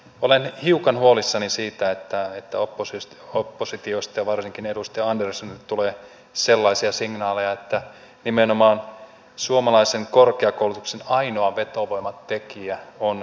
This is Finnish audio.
olen hiukan huolissani siitä että oppositiosta ja varsinkin edustaja anderssonilta tulee sellaisia signaaleja että nimenomaan suomalaisen korkeakoulutuksen ainoa vetovoimatekijä on ilmaisuus